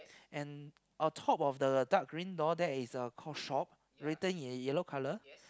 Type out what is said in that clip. and on top of the dark green door there is the called shop written in yellow colour